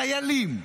חיילים.